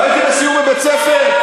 והייתי בסיור בבית-ספר,